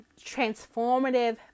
transformative